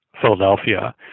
Philadelphia